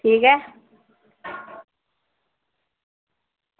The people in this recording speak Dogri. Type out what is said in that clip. ठीक ऐ